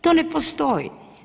To ne postoji.